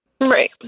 Right